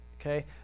Okay